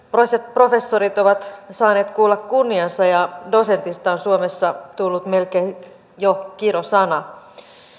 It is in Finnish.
professorit ovat saaneet kuulla kunniansa ja dosentista on suomessa tullut melkein jo kirosana